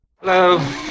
Hello